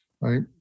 right